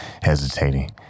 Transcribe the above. hesitating